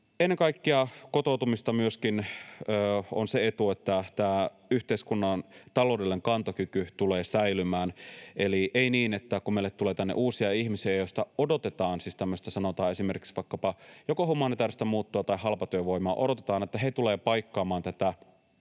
Ennen kaikkea kotoutumisesta on myöskin se etu, että tämä yhteiskunnan taloudellinen kantokyky tulee säilymään. Eli ei niin, että odotetaan — kun meille tulee tänne uusia ihmisiä, joista odotetaan siis tämmöistä, sanotaan esimerkiksi vaikkapa joko humanitääristä muuttoa tai halpatyövoimaa — että he tulevat paikkaamaan tätä